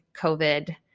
covid